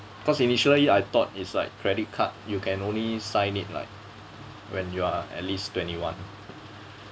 cause initially I thought is like credit card you can only sign it like when you are at least twenty one